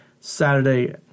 Saturday